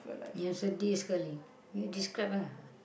yang sedih sekali you describe ah